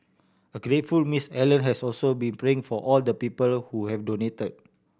a grateful Miss Allen has also been praying for all the people who have donated